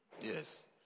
Yes